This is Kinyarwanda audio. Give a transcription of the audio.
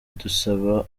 idusaba